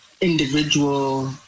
individual